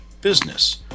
business